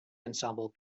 ensemble